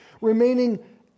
remaining